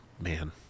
Man